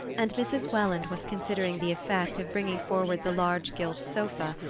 and mrs. welland was considering the effect of bringing forward the large gilt sofa,